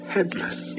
Headless